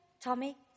Tommy